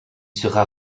sera